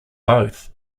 both